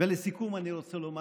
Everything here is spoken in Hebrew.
ולסיכום אני רוצה לומר,